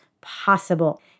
possible